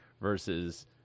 versus